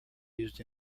used